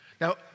Now